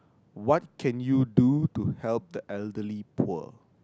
what can you do to help the elderly poor